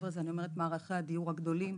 והחבר'ה זה מערכי הדיור הגדולים.